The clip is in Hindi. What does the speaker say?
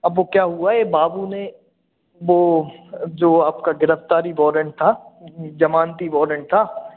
अब वह क्या हुआ है यह बाबू ने वह जो आपका गिरफ़्तारी वॉरंट था आ ज़मानत वारंट था